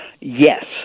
yes